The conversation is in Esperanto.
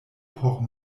por